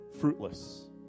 fruitless